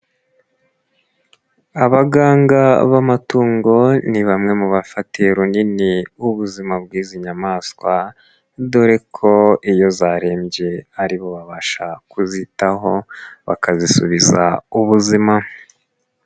Abaganga b'amatungo ni bamwe mu bafatiye runini ubuzima bw'izi nyamaswa dore ko iyo zarembye ari bo babasha kuzitaho bakazisubiza ubuzima.